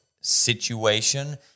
situation